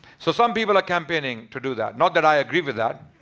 so some people are campaigning to do that. not that i agree with that.